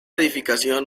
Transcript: edificación